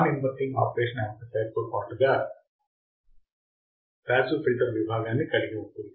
non inverting operational amplifier తో పాటుగా passive filter విభాగాన్ని కలిగి ఉంటుంది